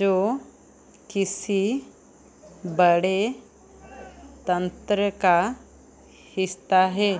जो किसी बड़े तंत्र का हिस्ता है